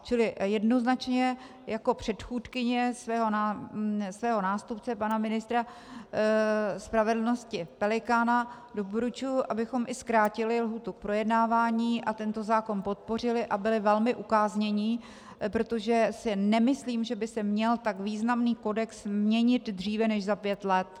Čili jednoznačně jako předchůdkyně svého nástupce pana ministra spravedlnosti Pelikána doporučuji, abychom i zkrátili lhůtu k projednávání, tento zákon podpořili a byli velmi ukáznění, protože si nemyslím, že by se měl tak významný kodex měnit dříve než za pět let.